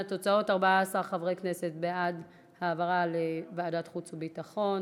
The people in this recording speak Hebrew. להלן התוצאות: 14 חברי כנסת בעד העברה לוועדת חוץ וביטחון.